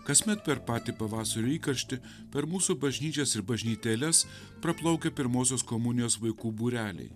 kasmet per patį pavasario įkarštį per mūsų bažnyčias ir bažnytėles praplaukia pirmosios komunijos vaikų būreliai